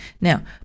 Now